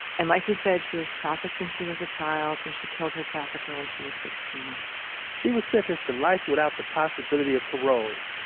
and like we said, she was trafficked when she was a child, and she killed her trafficker when she was sixteen point she was sentenced to life without the possibility of parole,